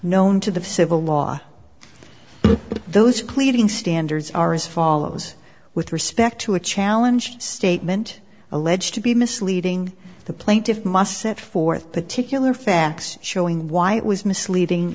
known to the civil law those pleading standards are as follows with respect to a challenge statement alleged to be misleading the plaintiffs must set forth particular facts showing why it was misleading